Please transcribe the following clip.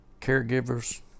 caregivers